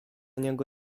niego